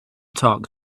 talk